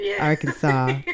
Arkansas